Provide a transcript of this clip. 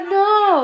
no